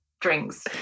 drinks